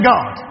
God